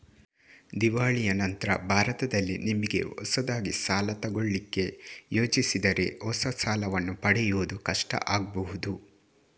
ದಿವಾಳಿಯ ನಂತ್ರ ಭಾರತದಲ್ಲಿ ನಿಮಿಗೆ ಹೊಸದಾಗಿ ಸಾಲ ತಗೊಳ್ಳಿಕ್ಕೆ ಯೋಜಿಸಿದರೆ ಹೊಸ ಸಾಲವನ್ನ ಪಡೆಯುವುದು ಕಷ್ಟ ಆಗ್ಬಹುದು